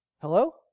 hello